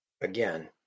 Again